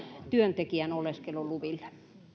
työntekijän oleskeluluville